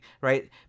right